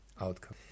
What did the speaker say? outcome